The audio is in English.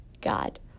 God